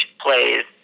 plays